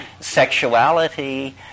Sexuality